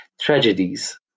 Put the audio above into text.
tragedies